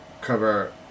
cover